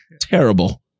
terrible